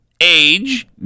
age